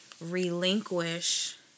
relinquish